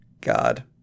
God